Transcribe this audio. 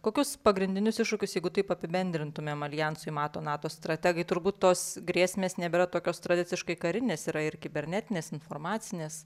kokius pagrindinius iššūkius jeigu taip apibendrintumėm aljansui mato nato strategai turbūt tos grėsmės nebėra tokios tradiciškai karinės yra ir kibernetinės informacinės